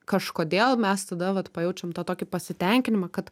kažkodėl mes tada vat pajaučiam tą tokį pasitenkinimą kad